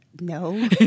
No